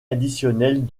additionnels